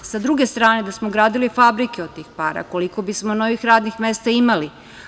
Sa druge strane, da smo gradili fabrike od tih para, koliko bismo novih radnih mesta imali?